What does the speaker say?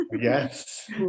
Yes